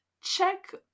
check